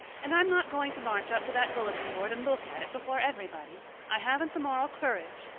and i'm not going to march up to that bulletin board and look at it before everybody. i haven't the moral courage.